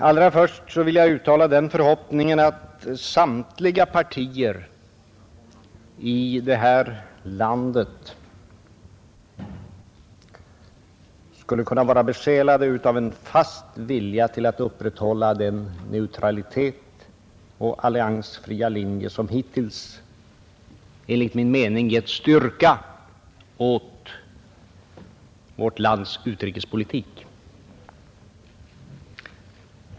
Allra först vill jag uttala den förhoppningen att samtliga partier i det här landet skulle kunna vara besjälade av en fast vilja att upprätthålla den neutralitet och den alliansfria linje som hittills enligt min mening gett styrka åt vårt lands utrikespolitik.